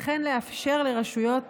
וכן לאפשר לרשויות